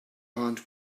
hand